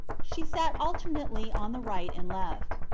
she sat alternately on the right and left.